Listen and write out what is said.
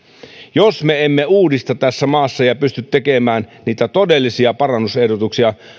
jos me emme uudista tässä maassa ja pysty tekemään todellisia parannusehdotuksia